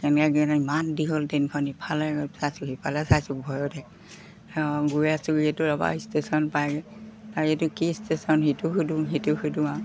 ইমান দীঘল ট্ৰেইনখন ইফালে চাইছোঁ সিফালে চাইছোঁ ভয়তহে গৈ আছোঁ এইটো দবা ষ্টেচন পায়গৈ এইটো কি ষ্টেচন সিটোক সুধোঁ সিটোক সুধোঁ আৰু